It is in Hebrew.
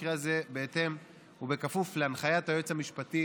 המקרה הזה הוא בהתאם ובכפוף להנחיית היועץ המשפטי